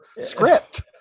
script